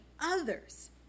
others